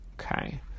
Okay